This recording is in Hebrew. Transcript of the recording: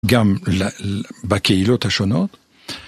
גם בקהילות השונות.